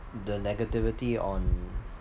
the negativity on